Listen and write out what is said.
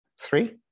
Three